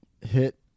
Hit